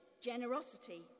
generosity